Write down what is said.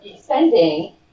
spending